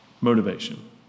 motivation